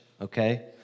okay